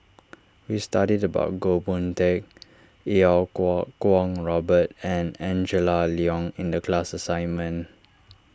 we studied about Goh Boon Teck Iau Kuo Kwong Robert and Angela Liong in the class assignment